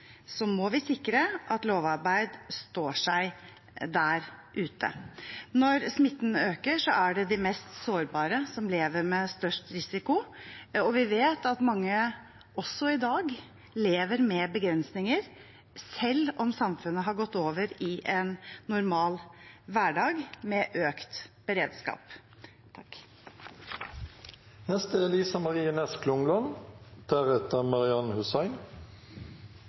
må vi sikre at lovarbeid står seg der ute. Når smitten øker, er det de mest sårbare som lever med størst risiko. Vi vet at mange, også i dag, lever med begrensninger selv om samfunnet har gått over i en normal hverdag med økt beredskap.